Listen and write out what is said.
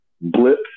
blip